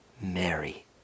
Mary